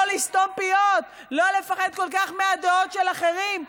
לא לסתום פיות, לא לפחד כל כך מהדעות של אחרים.